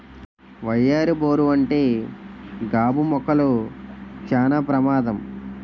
వయ్యారి బోరు వంటి గాబు మొక్కలు చానా ప్రమాదం